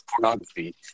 pornography